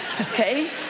Okay